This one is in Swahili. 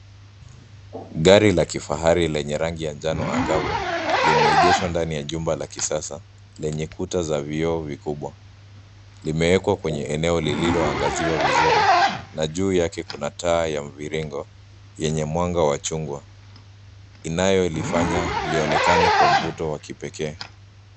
Gari la kifahari lenye rangi ya njano angavu limeegeshwa ndani ya chumba la kisasa lenye kuta za vioo kubwa. Limeekwa kwenye eneo lilioangaziwa vizuri na juu yake kuna taa ya mviringo mwenye mwanga wa chungwa inayolifanya lionekane kwa mvuto wa kipekee.